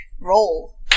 Roll